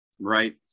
right